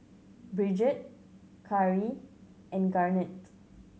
Brigitte Cari and Garnet